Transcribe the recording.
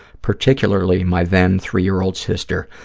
particularly my then-three-year-old sister,